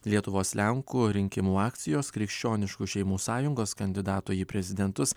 lietuvos lenkų rinkimų akcijos krikščioniškų šeimų sąjungos kandidato į prezidentus